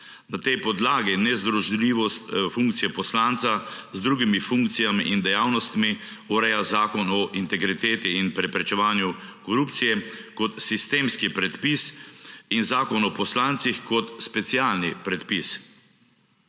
Na tej podlagi nezdružljivost funkcije poslanca z drugimi funkcijami in dejavnostmi ureja Zakon o integriteti in preprečevanju korupcije kot sistemski predpis in Zakon o poslancih kot specialni predpis.